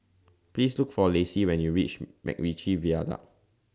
Please Look For Lacy when YOU REACH Macritchie Viaduct